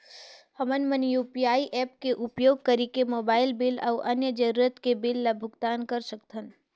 हमन मन UPI apps के उपयोग करिके मोबाइल बिल अऊ अन्य जरूरत के बिल ल भुगतान कर सकथन